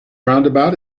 roundabout